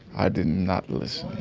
i did not listen